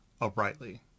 uprightly